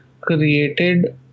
created